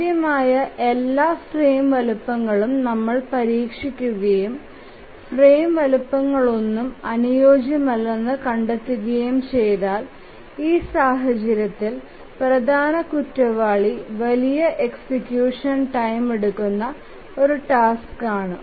സാധ്യമായ എല്ലാ ഫ്രെയിം വലുപ്പങ്ങളും നമ്മൾ പരീക്ഷിക്കുകയും ഫ്രെയിം വലുപ്പങ്ങളൊന്നും അനുയോജ്യമല്ലെന്ന് കണ്ടെത്തുകയും ചെയ്താൽ ഈ സാഹചര്യത്തിൽ പ്രധാന കുറ്റവാളി വലിയ എക്സിക്യൂഷൻ ടൈം എടുക്കുന്ന ഒരു ടാസ്ക് ആണ്